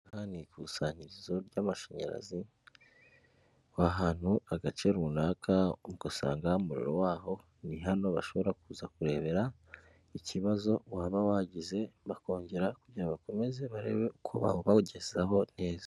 Aha ni ikusanyirizo ry'amashanyarazi ahantu agace runaka ugasanga umuriro waho ni hano bashobora kuza kurebera, ikibazo waba wagize bakongera kugira bakomeze barebe uko bawubagezaho neza.